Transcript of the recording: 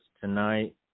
tonight